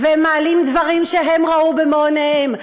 הם מעלים דברים שהם ראו במו-עיניהם,